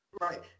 Right